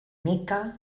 mica